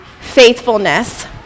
faithfulness